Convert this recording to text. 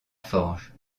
forge